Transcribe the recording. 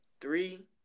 Three